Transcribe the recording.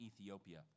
Ethiopia